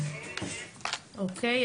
אוקיי,